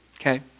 Okay